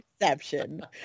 Exception